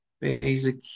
basic